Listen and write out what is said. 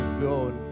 go